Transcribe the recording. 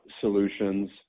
solutions